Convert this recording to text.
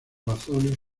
razones